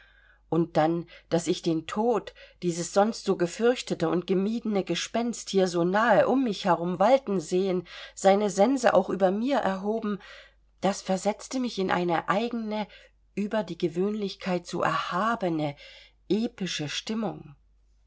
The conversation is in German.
und dann daß ich den tod dieses sonst so gefürchtete und gemiedene gespenst hier so nahe um mich herum walten sehen seine sense auch über mir erhoben das versetzt mich in eine eigene über die gewöhnlichkeit so erhabene epische stimmung